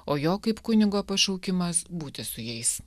o jo kaip kunigo pašaukimas būti su jais